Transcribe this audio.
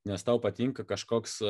nes tau patinka kažkoks